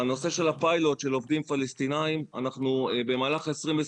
הנושא של הפיילוט של עובדים פלסטינאים במהלך 2023